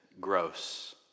gross